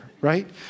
right